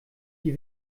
die